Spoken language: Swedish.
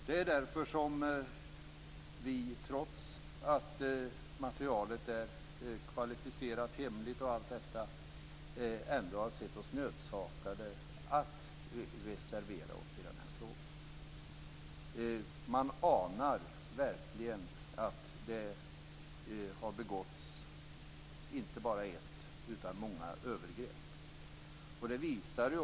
Det är därför som vi trots att materialet är kvalificerat hemligt ändå har sett oss nödsakade att reservera oss i den här frågan. Man anar verkligen att det har begåtts inte bara ett utan många övergrepp.